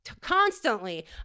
constantly